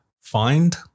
find